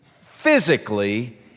physically